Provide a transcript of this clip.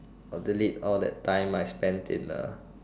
delete all that I spent in a